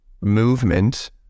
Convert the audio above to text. movement